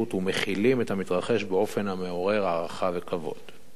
ומכילים את המתרחש באופן המעורר הערכה וכבוד.